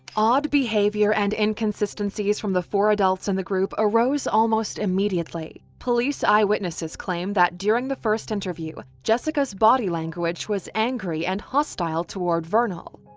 odd behavior and inconsistencies from the four adults in the group arose almost immediately. police eyewitnesses claimed that during the first interview, jessica's body language was angry and hostile toward vernal.